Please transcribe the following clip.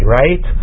right